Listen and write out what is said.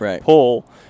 pull